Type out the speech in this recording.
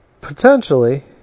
Potentially